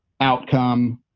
outcome